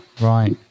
Right